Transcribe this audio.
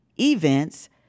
events